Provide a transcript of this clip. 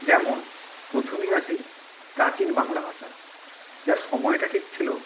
যেমন প্রথমেই আসি প্রাচীন বাংলা ভাষা যার সময়টা ঠিক ছিলো